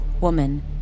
woman